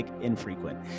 infrequent